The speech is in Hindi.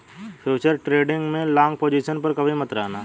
फ्यूचर्स ट्रेडिंग में लॉन्ग पोजिशन पर कभी मत रहना